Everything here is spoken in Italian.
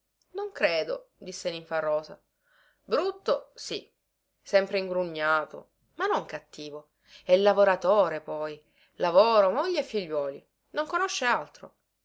non credo disse ninfarosa brutto sì sempre ingrugnato ma non cattivo e lavoratore poi lavoro moglie e figliuoli non conosce altro